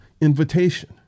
invitation